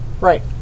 Right